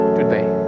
today